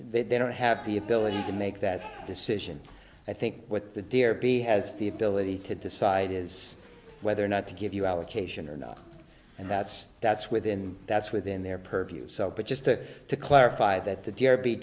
they don't have the ability to make that decision i think what the dear b has the ability to decide is whether or not to give you allocation or not and that's that's within that's within their purview but just to clarify that the d